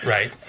Right